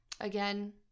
again